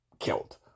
Killed